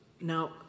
now